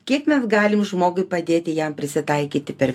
kiek mes galim žmogui padėti jam prisitaikyti per